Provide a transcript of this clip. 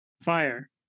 Fire